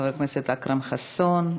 חבר הכנסת אכרם חסון,